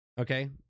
okay